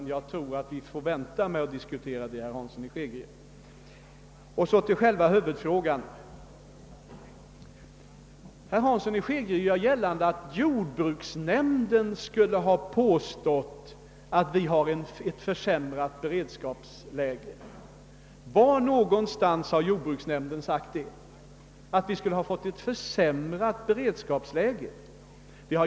Jag tror att vi får vänta med att diskutera den saken, herr Hansson i Skegrie. Så till själva huvudfrågan. Herr Hansson i Skegrie gör gällande att jordbruksnämnden skulle ha påstått att beredskapsläget har försämrats. Var finns detta jordbruksnämndens yttrande?